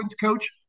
Coach